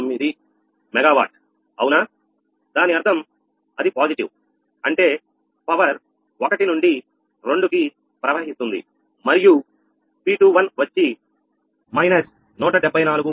89 megawatt అవునా దాని అర్థం అది పాజిటివ్ అంటే పవర్1 నుండి 2 కి ప్రవహిస్తుంది మరియు P21 వచ్చి−174